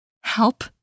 Help